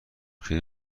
شدی